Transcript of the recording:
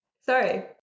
sorry